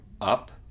up